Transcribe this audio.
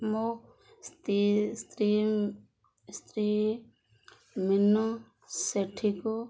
ମୋ ସ୍ତ୍ରୀ ସ୍ତ୍ରୀ ସ୍ତ୍ରୀ ମିନ ସେଠିକୁ